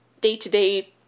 day-to-day